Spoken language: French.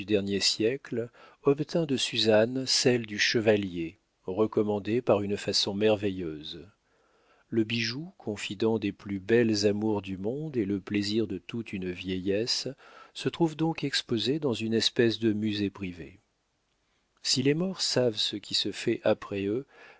dernier siècle obtint de suzanne celle du chevalier recommandée par une façon merveilleuse le bijou confident des plus belles amours du monde et le plaisir de toute une vieillesse se trouve donc exposé dans une espèce de musée privé si les morts savent ce qui se fait après eux